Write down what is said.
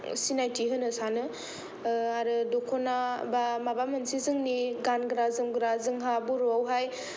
सिनायथि होनो सानो आरो दख'ना बा माबा मोनसे जोंनि गानग्रा जोमग्रा जोंहा बर'आवहाय